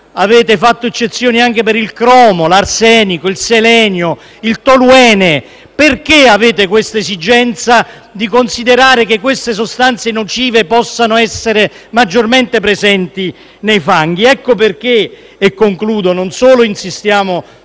Avete fatto eccezioni anche per il cromo, l’arsenico, il selenio, il toluene. Perché avete l’esigenza di far sì che queste sostanze nocive possano essere maggiormente presenti nei fanghi? Ecco perché - e concludo - non solo insistiamo